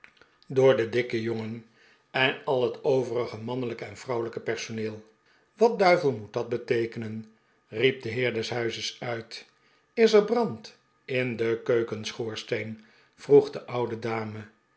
door den dikken jongen en al het overige mannelijke en vrouwelijke personeel wat duivel moet dat beteekenen riep de heer des huizes uit is er brand in den keukenschoorsteen vroeg de oude dame